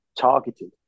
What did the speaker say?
targeted